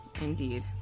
indeed